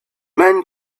men